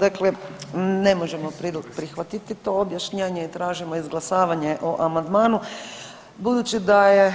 Dakle, ne možemo prihvatiti to objašnjenje i tražimo izglasavanje o amandmanu budući da je